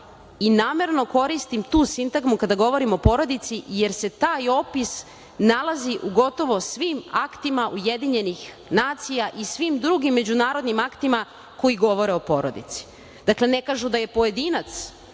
i namerno koristim tu sintagmu kada govorim o porodici, jer se taj opis nalazi u gotovo svim aktima UN i svim drugim međunarodnim aktima koji govore o porodici. Dakle, ne kažu da je pojedinac